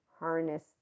harness